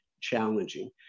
challenging